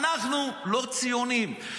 אנחנו לא ציונים.